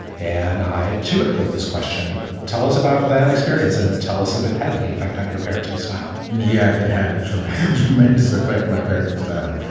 and i to echo this question. tell us about that experience and tell us if it had any effect on your parenting style yeah, it had a tremendous, tremendous effect in my parenting style.